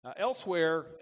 Elsewhere